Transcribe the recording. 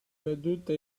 caduta